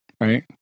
Right